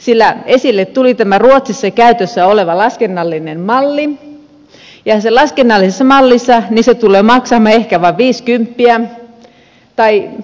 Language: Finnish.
esille tuli tämä ruotsissa käytössä oleva laskennallinen malli ja siinä laskennallisessa mallissa se tulee maksamaan ehkä vain viisikymppiä tai maksaako sitten juuri